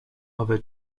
other